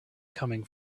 coming